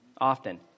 often